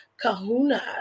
Kahuna